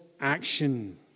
action